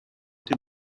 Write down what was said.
did